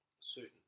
certain